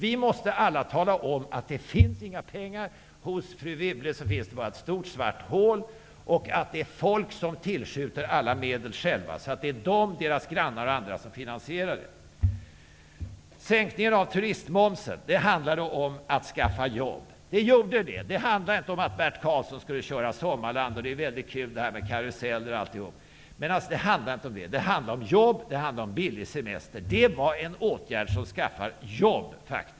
Vi måste alla tala om att det inte finns några pengar. Hos fru Wibble finns det bara ett stort svart hål. Det är folket självt som tillskjuter alla medel. Det är folket som finansierar bidragsfusket. Sänkningen av turistmomsen handlar om att skaffa jobb. Det handlar inte om Bert Karlsson och Sommarland, och att det är kul med karuseller osv. Det handlar om jobb och om billiga semestrar. Det är en åtgärd som skaffar jobb.